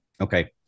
Okay